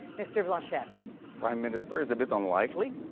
mr. blanchet prime minister is a bit unlikely,